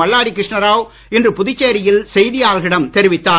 மல்லாடி கிருஷ்ணா ராவ் இன்று புதுச்சேரியில் செய்தியாளர்களிடம் தெரிவித்தார்